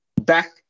back